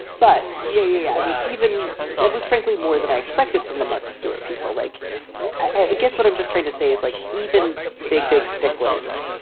but yeah, yeah i mean, even that was frankly more than i expected from the martha stewart. people like yeah it. guess what i'm just trying to say is like even big, big sticklers.